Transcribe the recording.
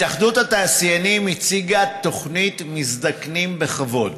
התאחדות התעשיינים הציגה את תוכנית מזדקנים בכבוד,